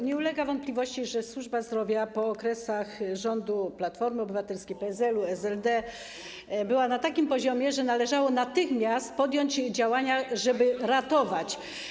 Nie ulega wątpliwości, że służba zdrowia po okresach rządów Platformy Obywatelskiej, PSL, SLD była na takim poziomie, że należało natychmiast podjąć działania, żeby ją ratować.